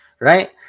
right